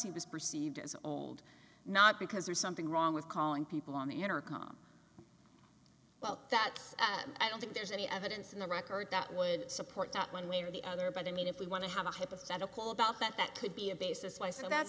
he was perceived as old not because there's something wrong with calling people on the intercom well that's i don't think there's any evidence in the record that would support that one way or the other but i mean if we want to have a hypothetical about that that could be a basis